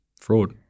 Fraud